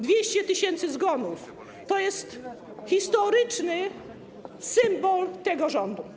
200 tys. zgonów to jest historyczny symbol tego rządu.